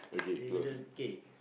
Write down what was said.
we didn't K